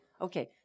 Okay